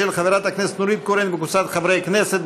של חברת הכנסת נורית קורן וקבוצת חברי הכנסת,